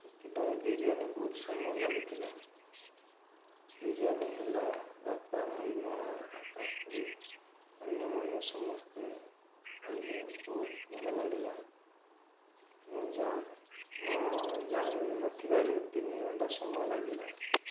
ସେଥିପାଇଁ ବିରିୟାନୀ ବହୁତ ସମୟ ଲାଗିଥିଲା ବିରିୟାନୀ ହେଲା ବାପା ଭାଇ ମା' କକା ଖୁଡୀ ଅନ୍ୟମାନେ ସମସ୍ତେ ଖାଇଲେ ବହୁତ ଭଲ ଲାଗିଲା ମୁଁ ଜାଣି ମୁଁ ଜାଣି ନଥିବାରୁ ତିନି ଘଣ୍ଟା ସମୟ ଲାଗିଲା